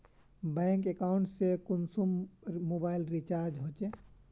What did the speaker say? Bank account से कुंसम mobile recharge होचे?